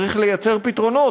צריך ליצור פתרונות,